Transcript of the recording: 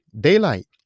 daylight